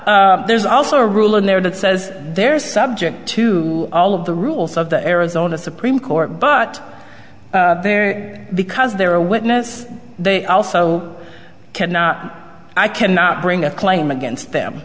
there's also a rule in there that says they're subject to all of the rules of the arizona supreme court but because they're a witness they also cannot i cannot bring a claim against them